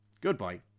Goodbye